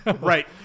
Right